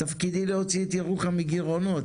תפקידי להוציא את ירוחם מגירעונות,